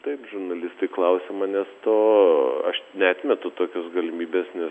taip žurnalistai klausia manęs to aš neatmetu tokios galimybės nes